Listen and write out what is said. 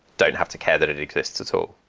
don't have to care that it exists at all.